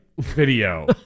video